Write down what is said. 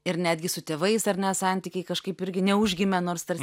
ir netgi su tėvais ar ne santykiai kažkaip irgi neužgimė nors tarsi